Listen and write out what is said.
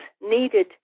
needed